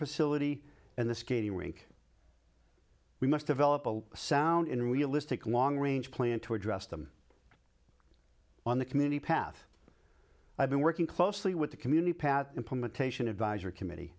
facility and the skating rink we must develop a sound in realistic long range plan to address them on the committee path i've been working closely with the community pat implementation advisory committee